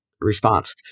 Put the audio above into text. response